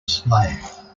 slave